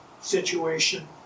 situation